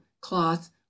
cloth